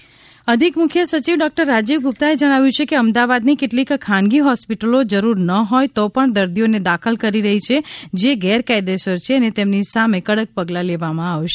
રાજીવ ગુપ્તા અધિક મુખ્ય સચિવ ડોકટર રાજીવ ગુપ્તાએ જણાવ્યું છે કે અમદાવાદની કેટલીક ખાનગી હોસ્પિટલો જરૂર ન હોય તો પણ દર્દીઓને દાખલ કરી રહી છે જે ગેરકાયદેસર છે અને તેમની સામે કડક પગલા લેવામાં આવશે